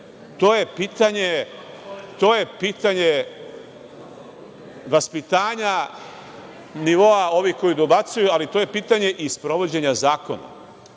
to je pitanje vaspitanja nivoa ovih koji dobacuju, ali to je pitanje i sprovođenje zakona.